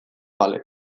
bale